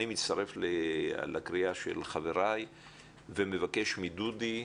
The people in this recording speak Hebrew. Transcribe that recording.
אני מצטרף לקריאה של חבריי ומבקש מדודי,